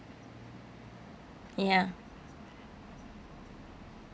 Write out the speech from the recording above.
ya